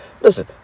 Listen